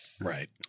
right